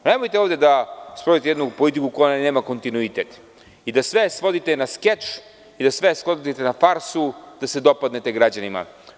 Nemojte ovde da stvorite jednu politiku koja nema kontinuitet i da sve svodite na skeč i da sve svodite na farsu da se dopadnete građanima.